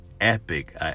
epic